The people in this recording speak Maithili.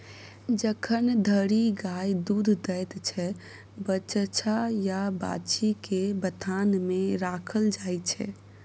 जखन धरि गाय दुध दैत छै बछ्छा या बाछी केँ बथान मे राखल जाइ छै